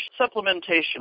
supplementation